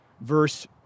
verse